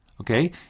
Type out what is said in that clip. okay